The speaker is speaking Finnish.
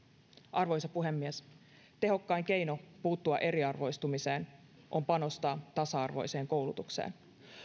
arvoisa puhemies tehokkain keino puuttua eriarvoistumiseen on panostaa tasa arvoiseen koulutukseen